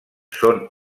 són